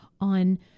on